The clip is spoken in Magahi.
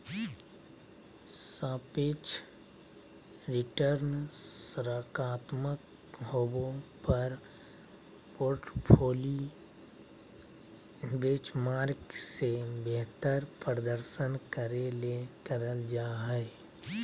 सापेक्ष रिटर्नसकारात्मक होबो पर पोर्टफोली बेंचमार्क से बेहतर प्रदर्शन करे ले करल जा हइ